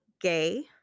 gay